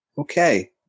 Okay